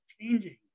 changing